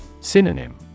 Synonym